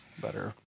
Better